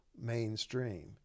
mainstream